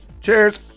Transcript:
cheers